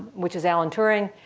which is alan turing,